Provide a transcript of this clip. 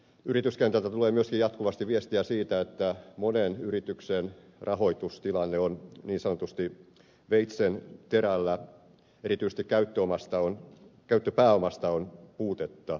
yrityskentältä tulee myöskin jatkuvasti viestiä siitä että monen yrityksen rahoitustilanne on niin sanotusti veitsenterällä erityisesti käyttöpääomasta on puutetta